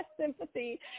sympathy